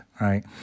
right